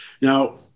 Now